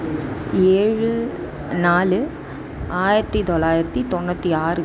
ஏழு நாலு ஆயிரத்தி தொள்ளாயிரத்தி தொண்ணூற்றி ஆறு